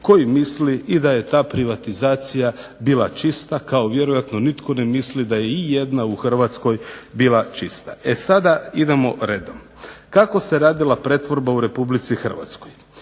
koji misli i da je ta privatizacija bila čista kao vjerojatno nitko ne misli da je i jedna u Hrvatskoj bila čista. E sada idemo redom. Kako se radila pretvorba u Republici Hrvatskoj?